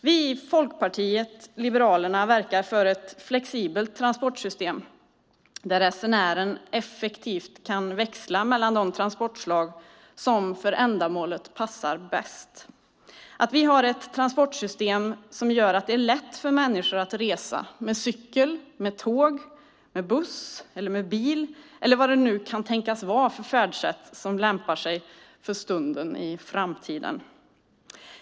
Vi i Folkpartiet liberalerna verkar för ett flexibelt transportsystem där resenären effektivt kan växla mellan de transportslag som för ändamålet passar bäst. Vi ska ha ett transportsystem som gör det lätt för människor att resa med cykel, tåg, buss, bil eller vad det nu kan tänkas vara för färdsätt som lämpar sig för stunden i framtiden.